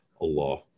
Allah